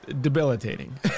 debilitating